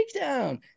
takedown